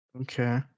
okay